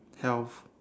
health